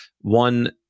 one